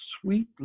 Sweet